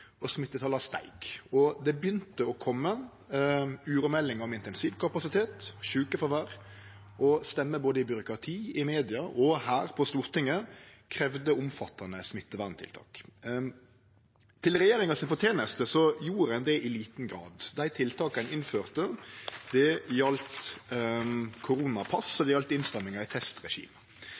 Det begynte å kome uromeldingar om intensivkapasitet, sjukefråvær, og stemmer både i byråkrati, i media og her på Stortinget kravde omfattande smitteverntiltak. Til regjeringa si forteneste gjorde ein det i liten grad. Dei tiltaka ein innførte, gjaldt koronapass, og det gjaldt innstrammingar i